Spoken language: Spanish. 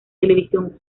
televisión